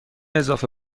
اضافه